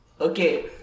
okay